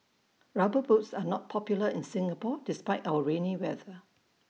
rubber boots are not popular in Singapore despite our rainy weather